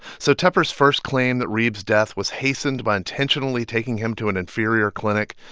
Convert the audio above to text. so tepper's first claim, that reeb's death was hastened by intentionally taking him to an inferior clinic,